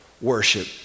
worship